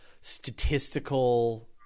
statistical